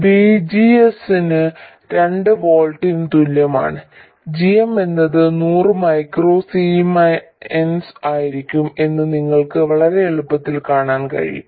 VGS ന് രണ്ട് വോൾട്ടിന് തുല്യമാണ് g m എന്നത് നൂറ് മൈക്രോ സീമെൻസ് ആയിരിക്കും എന്ന് നിങ്ങൾക്ക് വളരെ എളുപ്പത്തിൽ കാണാൻ കഴിയും